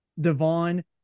Devon